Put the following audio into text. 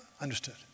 Understood